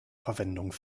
verwendung